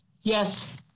Yes